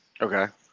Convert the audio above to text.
okay